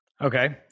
Okay